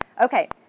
Okay